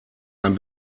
ein